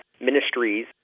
ministries